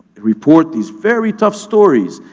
report these very tough stories.